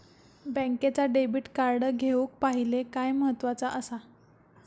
बँकेचा debit card घेउक पाहिले काय महत्वाचा असा?